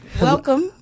welcome